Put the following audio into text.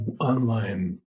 online